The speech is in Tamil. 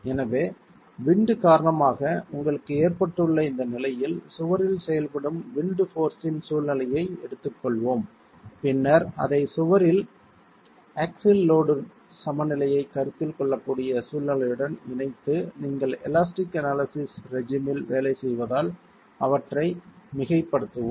எனவே விண்ட் காரணமாக உங்களுக்கு ஏற்பட்டுள்ள இந்த நிலையில் சுவரில் செயல்படும் விண்ட் போர்ஸ்ஸின் சூழ்நிலையை எடுத்துக்கொள்வோம் பின்னர் அதை சுவரில் ஆக்ஸில் லோட் சமநிலையை கருத்தில் கொள்ளக்கூடிய சூழ்நிலையுடன் இணைத்து நீங்கள் எலாஸ்டிக் அனாலிசிஸ் ரெஜிம்மில் வேலை செய்வதால் அவற்றை மிகைப்படுத்துவோம்